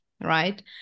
right